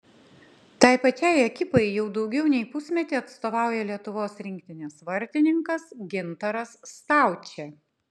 tai pačiai ekipai jau daugiau nei pusmetį atstovauja lietuvos rinktinės vartininkas gintaras staučė